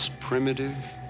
primitive